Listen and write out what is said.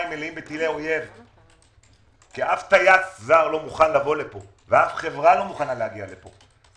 כי אף טייס זר לא מוכן לבוא לפה ואף חברה לא מוכנה לבוא לפה.